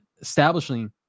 establishing